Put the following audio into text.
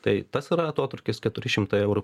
tai tas yra atotrūkis keturi šimtai eurų